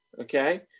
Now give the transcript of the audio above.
okay